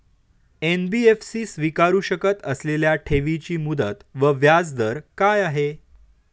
NBFC स्वीकारु शकत असलेल्या ठेवीची मुदत व व्याजदर काय आहे?